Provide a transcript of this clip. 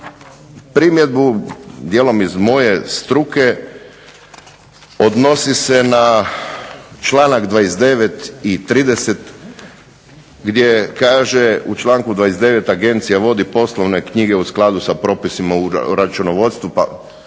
primjedbu dijelom iz moje struke, odnosi se na članak 29. i 30. gdje kaže u članku 29. "Agencija vodi poslovne knjige u skladu sa propisima o računovodstvu", pa